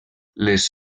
les